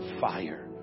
fire